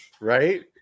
Right